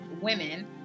women